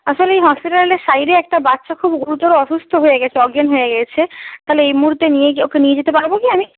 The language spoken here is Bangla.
আসলে এই হসপিটালের সাইডে একটা বাচ্চা খুব গুরুতর অসুস্থ হয়ে গেছে অজ্ঞান হয়ে গেছে তাহলে এই মুহুর্তে নিয়ে গিয়ে ওকে নিয়ে যেতে পারবো কি আমি